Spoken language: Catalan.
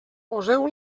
poseu